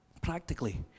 practically